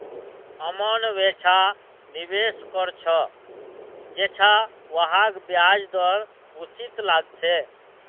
अमन वैछा निवेश कर छ जैछा वहाक ब्याज दर उचित लागछे